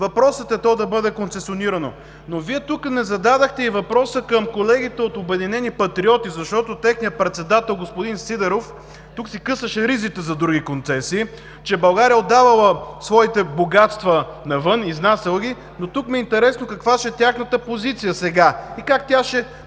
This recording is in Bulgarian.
Въпросът е то да бъде концесионирано. Вие тук не зададохте и въпроса към колегите от „Обединени патриоти“, защото техният председател господин Сидеров тук си късаше ризите за други концесии, че България е отдавала своите богатства навън, изнасяла ги, но тук ми е интересно каква ще е тяхната позиция сега и как тя ще